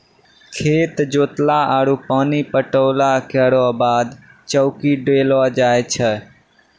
खेत जोतला आरु पानी पटैला केरो बाद चौकी देलो जाय छै?